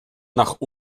nach